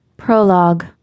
Prologue